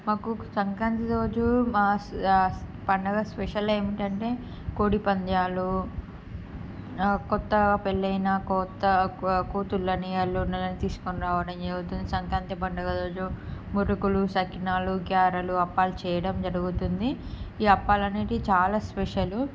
మాకు సంక్రాంతి రోజు మా పండుగ స్పెషల్ ఏమిటంటే కోడిపందాలు కొత్త పెళ్ళైన కొత్త కూతుర్లని అల్లుళ్ళని తీసుకునిరావడం జరుగుతుంది సంక్రాంతి పండుగ రోజు మురుకులు సకినాలు గ్యారలు అప్పాలు చేయడం జరుగుతుంది ఈ అప్పాలు అనేటివి చాలా స్పెషల్లు